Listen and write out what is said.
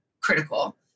critical